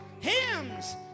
hymns